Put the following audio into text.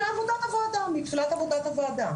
מתחילת עבודת הוועדה.